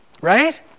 Right